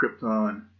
Krypton